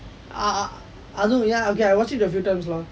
ah அதுவும்:athuvum okay I watched it a few times lah